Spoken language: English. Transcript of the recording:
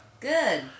Good